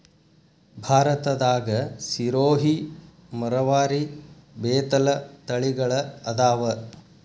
ಭಾರತದಾಗ ಸಿರೋಹಿ, ಮರವಾರಿ, ಬೇತಲ ತಳಿಗಳ ಅದಾವ